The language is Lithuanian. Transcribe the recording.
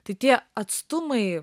tai tie atstumai